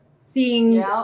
seeing